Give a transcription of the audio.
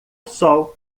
sol